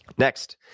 next,